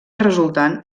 resultant